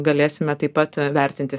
galėsime taip pat vertinti